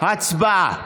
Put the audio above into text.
הצבעה.